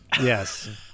Yes